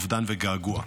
אובדן וגעגוע.